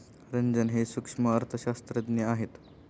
रंजन हे सूक्ष्म अर्थशास्त्रज्ञ आहेत